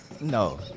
No